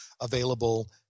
available